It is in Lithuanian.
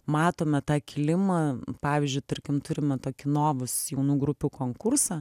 matome tą kilimą pavyzdžiui tarkim turime tokį novus jaunų grupių konkursą